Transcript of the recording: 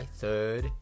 third